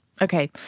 Okay